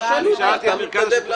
הוא לא שאל אותך, אתה מתנדב לענות.